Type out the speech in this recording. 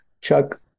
Chuck